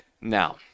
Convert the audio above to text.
Now